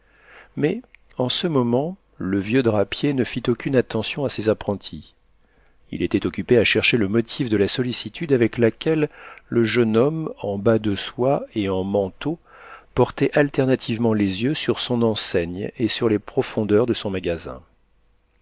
mais en ce moment le vieux drapier ne fit aucune attention à ses apprentis il était occupé à chercher le motif de la sollicitude avec laquelle le jeune homme en bas de soie et en manteau portait alternativement les yeux sur son enseigne et sur les profondeurs de son magasin